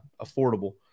affordable